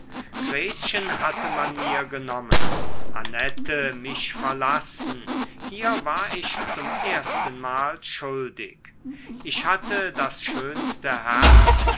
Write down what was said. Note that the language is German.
gretchen hatte man mir genommen annette mich verlassen hier war ich zum erstenmal schuldig ich hatte das schönste herz